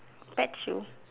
pet show